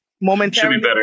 Momentarily